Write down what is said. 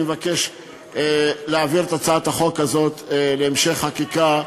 אני מבקש להעביר את הצעת החוק הזאת להמשך חקיקה,